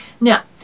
now